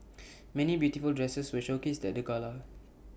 many beautiful dresses were showcased at the gala